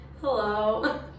Hello